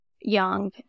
young